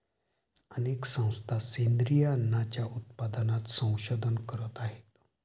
अनेक संस्था सेंद्रिय अन्नाच्या उत्पादनात संशोधन करत आहेत